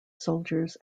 soldiers